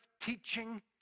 teaching